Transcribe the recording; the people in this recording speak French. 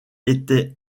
étaient